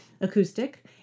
acoustic